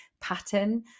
pattern